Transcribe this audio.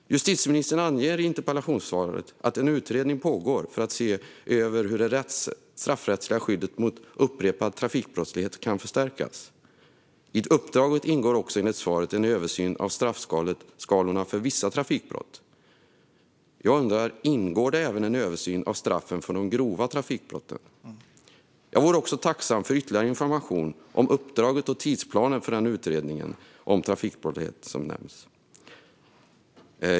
Justitieministern anger i interpellationssvaret att en utredning pågår för att se över hur det straffrättsliga skyddet mot upprepad trafikbrottslighet kan förstärkas. I uppdraget ingår också enligt svaret en översyn av straffskalorna för vissa trafikbrott. Jag undrar: Ingår det även en översyn av straffen för de grova trafikbrotten? Jag vore också tacksam för ytterligare information om uppdraget och tidsplanen för den utredning om trafikbrott som nämns.